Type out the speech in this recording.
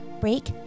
break